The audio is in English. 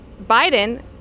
Biden